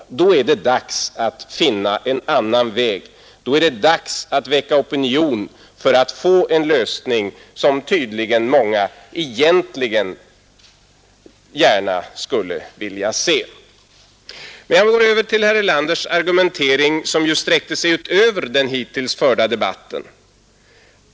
Då är det dags att finna en annan väg, då är det dags att väcka opinion för att få en lösning som tydligen många egentligen gärna skulle vilja se. Men jag går över till herr Erlanders argumentering, som ju sträckte sig utöver den hittills förda debatten.